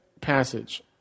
passage